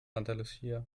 lucia